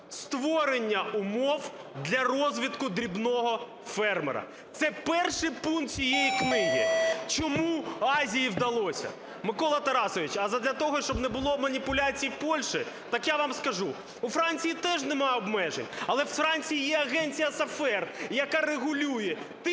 "Створення умов для розвитку дрібного фермера". Це перший пункт цієї книги. "Чому Азії вдалося?" Микола Тарасович, а задля того, щоб не було маніпуляцій Польщі, так я вам скажу: у Франції теж нема обмежень, але у Франції є агенція SAFER, яка регулює тим,